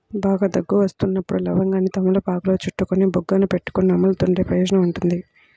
బాగా దగ్గు వస్తున్నప్పుడు లవంగాన్ని తమలపాకులో చుట్టుకొని బుగ్గన పెట్టుకొని నములుతుంటే ప్రయోజనం ఉంటుంది